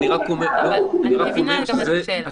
אני רק אומר שהתשובה - להחריג שיאפשר.